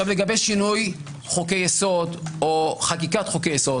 לגבי שינוי חוקי יסוד או חקיקת חוקי יסוד: